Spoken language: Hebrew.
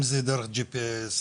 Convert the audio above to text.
אם זה באמצעות GPS,